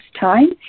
time